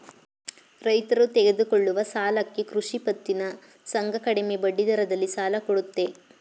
ರೈತರು ತೆಗೆದುಕೊಳ್ಳುವ ಸಾಲಕ್ಕೆ ಕೃಷಿ ಪತ್ತಿನ ಸಂಘ ಕಡಿಮೆ ಬಡ್ಡಿದರದಲ್ಲಿ ಸಾಲ ಕೊಡುತ್ತೆ